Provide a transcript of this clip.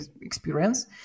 experience